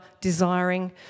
desiring